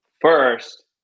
First